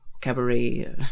cabaret